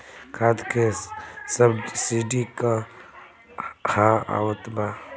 खाद के सबसिडी क हा आवत बा?